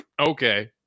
Okay